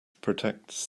protects